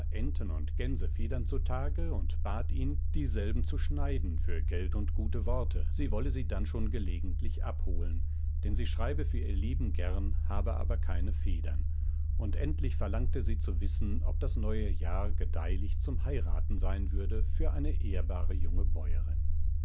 enten und gänsefedern zutage und bat ihn dieselben zu schneiden für geld und gute worte sie wolle sie dann schon gelegentlich abholen denn sie schreibe für ihr leben gern habe aber keine federn und endlich verlangte sie zu wissen ob das neue jahr gedeihlich zum heiraten sein würde für eine ehrbare junge bäuerin